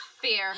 Fear